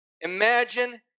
imagine